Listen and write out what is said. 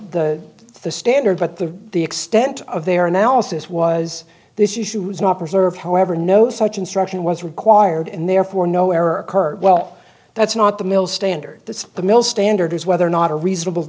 the the standard but the the extent of their analysis was this issue was not preserved however no such instruction was required and therefore no error occurred well that's not the mill standard that's the mill standard is whether or not a reasonable